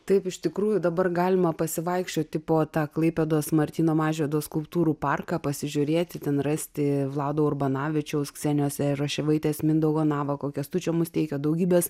taip iš tikrųjų dabar galima pasivaikščioti po tą klaipėdos martyno mažvydo skulptūrų parką pasižiūrėti ten rasti vlado urbanavičiaus ksenijos jaroševaitės mindaugo navako kęstučio musteikio daugybės